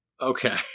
Okay